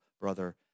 brother